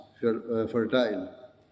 fertile